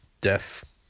Death